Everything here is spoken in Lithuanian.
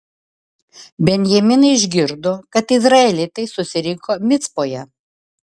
benjaminai išgirdo kad izraelitai susirinko micpoje